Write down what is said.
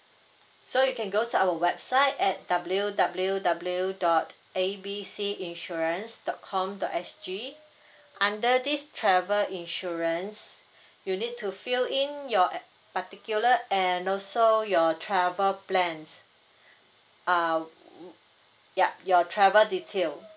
so you can go to our website at W W W dot A B C insurance dot com dot S_G under this travel insurance you need to fill in your a~ particular and also your travel plans uh yup your travel detail